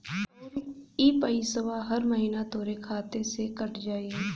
आउर इ पइसवा हर महीना तोहरे खाते से कट जाई